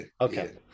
Okay